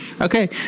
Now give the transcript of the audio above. Okay